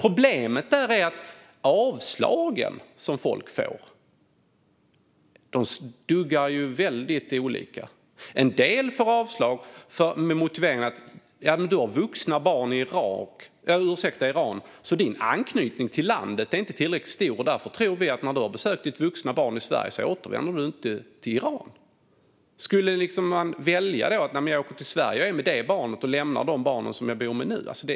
Problemet är att folk får avslag av väldigt olika skäl. En del avslag motiveras med att man har vuxna barn i Iran, och då är ens anknytning till landet inte tillräckligt stor. Därför återvänder man inte efter besök i Sverige. Skulle man välja att åka till Sverige för att vara med detta barn och lämna de barn som man bor med?